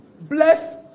Bless